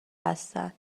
هستن